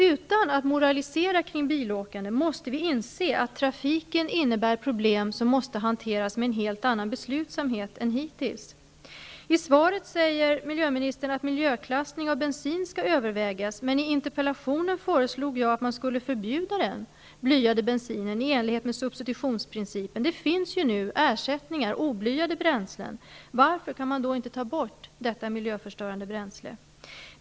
Utan att moralisera kring bilåkandet måste vi inse att trafiken innebär problem som måste hanteras med en helt annan beslutsamhet än hittills. I svaret säger miljöministern att miljöklassning av bensin skall övervägas, men i interpellationen föreslog jag att man skulle förbjuda den blyade bensinen i enlighet med substitutionsprincipen. Det finns ju oblyade bränslen som ersättning. Varför kan man inte ta bort detta miljöförstörande bränsle?